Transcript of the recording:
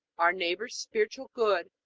our neighbor's spiritual good,